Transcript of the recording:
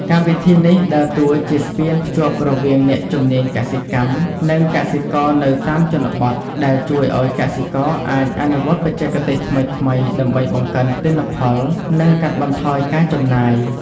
កម្មវិធីនេះដើរតួជាស្ពានភ្ជាប់រវាងអ្នកជំនាញកសិកម្ម និងកសិករនៅតាមជនបទ ដែលជួយឲ្យកសិករអាចអនុវត្តបច្ចេកទេសថ្មីៗដើម្បីបង្កើនទិន្នផល និងកាត់បន្ថយការចំណាយ។